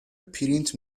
پرینت